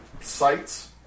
sites